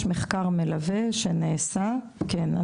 יש מחקר מלווה שנעשה, כן.